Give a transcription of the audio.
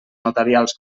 notarials